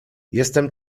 jestem